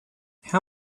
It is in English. how